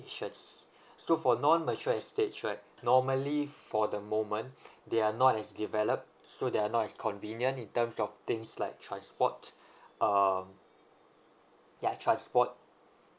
locations so for non matured stage right normally for the moment they are not as developed so there are not as convenient in terms of things like transport um ya transport